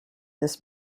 this